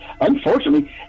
unfortunately